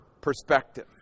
perspective